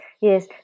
yes